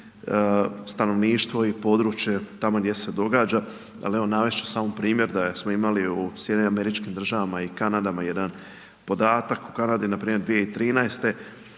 stanovništvo i područje tamo gdje se događa. Ali evo navesti ću samo primjer da smo imali u SAD-u i Kanadi jedan podatak u Kanadi npr. 2013.